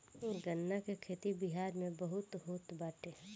गन्ना के खेती बिहार में बहुते होत बाटे